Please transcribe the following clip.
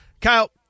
Kyle